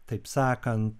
taip sakant